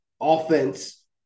offense